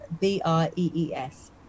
B-R-E-E-S